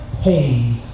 pays